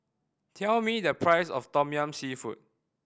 tell me the price of tom yum seafood